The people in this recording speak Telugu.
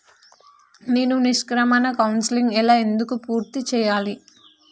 నేను నిష్క్రమణ కౌన్సెలింగ్ ఎలా ఎందుకు పూర్తి చేయాలి?